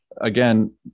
again